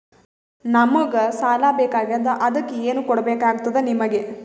ನಮಗ ಸಾಲ ಬೇಕಾಗ್ಯದ ಅದಕ್ಕ ಏನು ಕೊಡಬೇಕಾಗ್ತದ ನಿಮಗೆ?